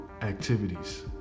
activities